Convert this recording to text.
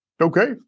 Okay